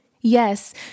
Yes